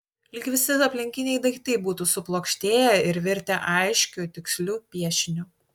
lyg visi aplinkiniai daiktai būtų suplokštėję ir virtę aiškiu tiksliu piešiniu